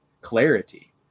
clarity